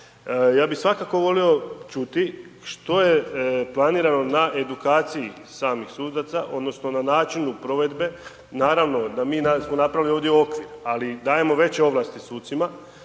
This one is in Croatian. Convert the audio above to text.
ja bi svakako volio čuti, što je planirano na edukaciji samih sudaca, odnosno, na načinu provedbe. Naravno da mi smo napravili ovdje okvir, ali dajemo veće ovlasti sucima,